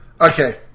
Okay